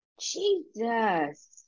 Jesus